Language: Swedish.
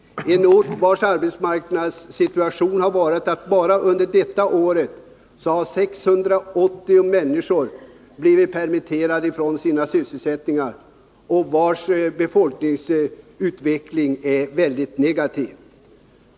Det är en ort där arbetsmarknadssituationen är sådan, att bara under detta år har 680 människor blivit permitterade från sina arbeten, och där befolkningsutvecklingen är väldigt negativ.